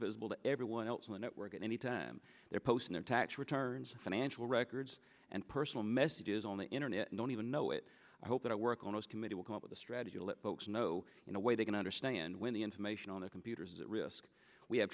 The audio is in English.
visible to everyone else in the network at any time they're posting their tax returns financial records and personal messages on the internet don't even know it i hope that i work on those committee will come up with a strategy to let folks know in a way they can understand when the information on their computers at risk we have